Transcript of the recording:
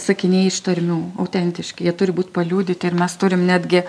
sakiniai iš tarmių autentiški jie turi būt paliudyti ir mes turim netgi